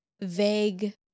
vague